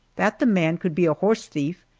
that the man could be a horse thief,